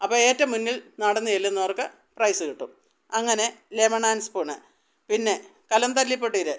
അപ്പം ഏറ്റവും മുന്നിൽ നടന്ന് ചെല്ലുന്നവർക്ക് പ്രൈസ് കിട്ടും അങ്ങനെ ലെമൺ ഏൻ സ്പൂണ് പിന്നെ കലം തല്ലി പൊട്ടീര്